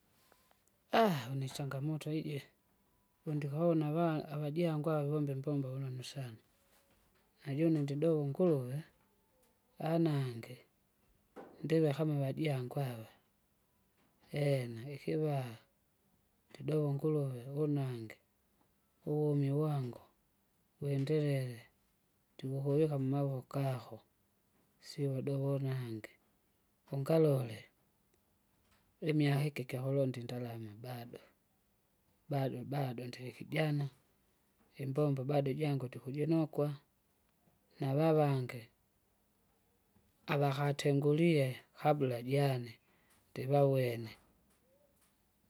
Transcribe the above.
une ichangamoto iji, wundikouna ava- avajangwa avavomba imbombo vonunu sana, najune ndidou unguluwe, anange, ndive kama wajangu ava. Eena! ikiva, ndidove unguruve unange, uvumi wangu, wenelele, ndikukuvika mmavoko kako, siouvudovona nange. Ungalole, imiaka iki ikyahulonda indalama bado, bado bado ndilikijana, imbombo bado jangu ndikujinukwa, navavange, avakatengulie kabla jane, ndivawene.